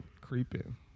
creeping